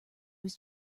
was